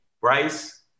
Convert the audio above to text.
Bryce